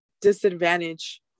disadvantage